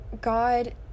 God